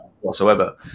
whatsoever